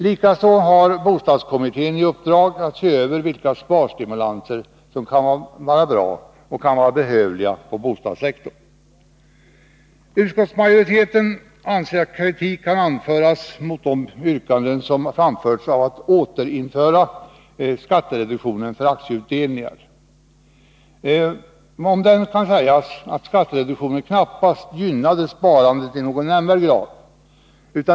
Likaså har bostadskommittén i uppdrag att se över vilka sparstimulanser som kan vara behövliga på bostadssektorn. Utskottsmajoriteten anser att kritik kan anföras mot de yrkanden som ställs om att återinföra skattereduktionen för aktieutdelningar. Det kan knappast sägas att den skattereduktionen gynnade sparandet i någon nämnvärd grad.